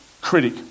critic